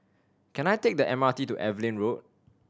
can I take the M R T to Evelyn Road